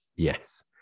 Yes